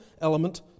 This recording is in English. element